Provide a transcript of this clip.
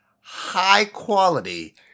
high-quality